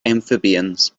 amphibians